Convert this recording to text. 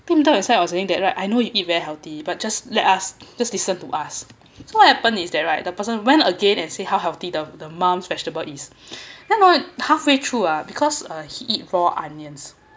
I was saying that right I know you eat very healthy but just let us just listen to us so what happen is that right the person went again and say how healthy the the mum's vegetable is then ah halfway through ah because uh he eat raw onions